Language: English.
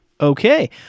Okay